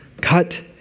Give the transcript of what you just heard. cut